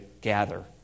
gather